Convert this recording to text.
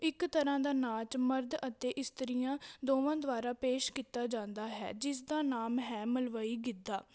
ਇੱਕ ਤਰ੍ਹਾਂ ਦਾ ਨਾਚ ਮਰਦ ਅਤੇ ਇਸਤਰੀਆਂ ਦੋਵਾਂ ਦੁਆਰਾ ਪੇਸ਼ ਕੀਤਾ ਜਾਂਦਾ ਹੈ ਜਿਸ ਦਾ ਨਾਮ ਹੈ ਮਲਵਈ ਗਿੱਧਾ